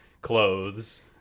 clothes